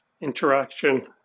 interaction